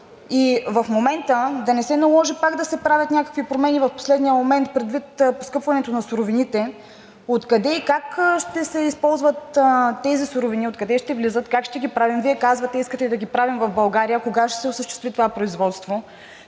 и в момента да не се наложи пак да се правят някакви промени в последния момент предвид поскъпването на суровините. Откъде и как ще се използват тези суровини, откъде ще влизат, как ще ги правим? Вие казвате, искате да ги правим в България, а кога ще се осъществи това производство?